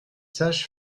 sages